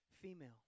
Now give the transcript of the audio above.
female